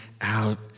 out